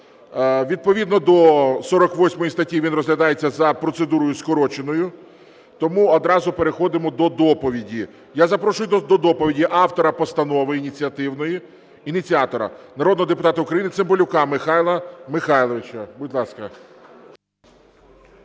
Відповідно до 48 статті, він розглядається за процедурою скороченою, тому одразу переходимо до доповіді. Я запрошую до доповіді автора постанови ініціативної, ініціатора народного депутата України Цимбалюка Михайла Михайловича, будь ласка.